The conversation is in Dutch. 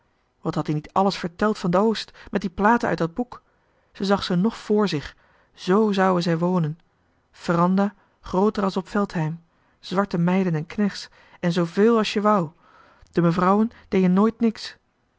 wat had ie niet alles verteld van d'oost bij die platen uit dat boek ze zag ze nog vr zich zoo zouwe zij wonen feranda grooter a's op veldheim zwarte meiden en knech's en zooveul johan de meester de zonde in het deftige dorp a's je wou de mevrouwen dee'en nooit niks